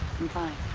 be fine.